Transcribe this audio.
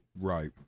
Right